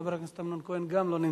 חבר הכנסת אמנון כהן גם לא נמצא.